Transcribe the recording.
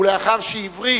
ולאחר שהבריא